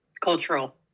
cultural